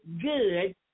good